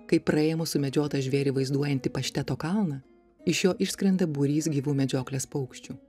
kai praėmus sumedžiotą žvėrį vaizduojantį pašteto kalną iš jo išskrenda būrys gyvų medžioklės paukščių